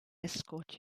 escort